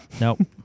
Nope